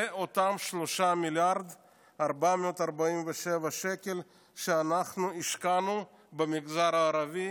אלה אותם 3.447 מיליארד שקלים שאנחנו השקענו במגזר הערבי.